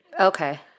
Okay